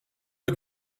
het